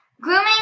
Grooming